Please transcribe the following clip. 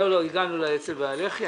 הגענו לאצ"ל וללח"י.